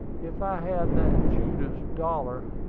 if i had that judas dollar,